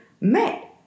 met